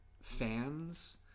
fans